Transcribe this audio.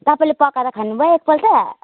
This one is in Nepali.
तपाईँले पकाएर खानु भयो एकपल्ट